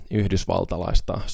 yhdysvaltalaista